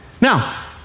Now